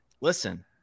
listen